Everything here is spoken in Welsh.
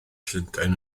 llundain